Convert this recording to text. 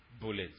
bullets